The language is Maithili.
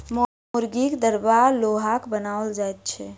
मुर्गीक दरबा लोहाक बनाओल जाइत छै